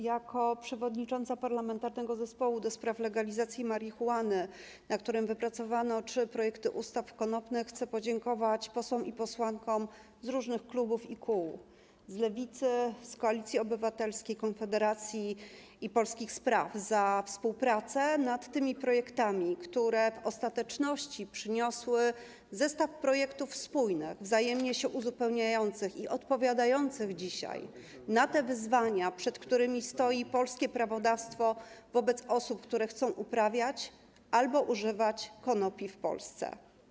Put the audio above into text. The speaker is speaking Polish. Jako przewodnicząca Parlamentarnego Zespołu ds. Legalizacji Marihuany, na którym wypracowano trzy projekty ustaw konopnych, chcę podziękować posłom i posłankom z różnych klubów i kół, z Lewicy, z Koalicji Obywatelskiej, Konfederacji i Polskich Spraw za współpracę nad tymi projektami, które w ostateczności przyniosły zestaw projektów spójnych, wzajemnie się uzupełniających i odpowiadających dzisiaj na wyzwania, przed którymi stoi polskie prawodawstwo wobec osób, które chcą uprawiać konopie albo używać konopi w Polsce.